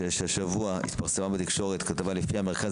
השבוע התפרסמה בתקשורת כתבה לפיה מרכז